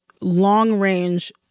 long-range